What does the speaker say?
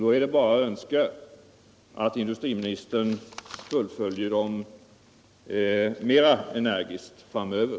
Då är det bara att önska att industriministern fullföljer dem mera energiskt framöver.